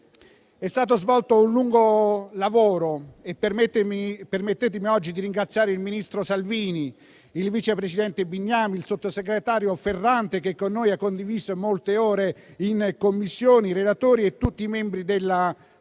È stato svolto un lungo lavoro e permettetemi oggi di ringraziare il ministro Salvini, il vice ministro Bignami, il sottosegretario Ferrante, che con noi ha condiviso molte ore in Commissione, i relatori e tutti i membri della Commissione.